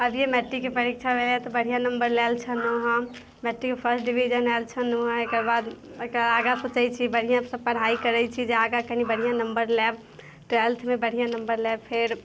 अभिये मेट्रिकके परीक्षा भेलै तऽ बढ़िआँ नम्बर लेल छनौहँ मेट्रिक फर्स्ट डिवीजन आयल छनौहँ एकर बाद एकर आगा सोचै छी बढ़िआँसँ पढ़ाइ करै छी जे आगा कनि बढ़िआँ नम्बर लैब ट्वेल्थमे बढ़िआँ नम्बर लैब फेर